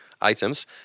items